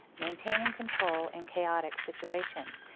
maintaining control in chaotic situations.